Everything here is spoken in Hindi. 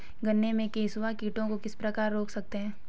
गन्ने में कंसुआ कीटों को किस प्रकार रोक सकते हैं?